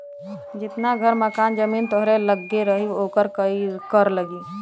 जितना घर मकान जमीन तोहरे लग्गे रही ओकर कर लगी